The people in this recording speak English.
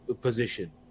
position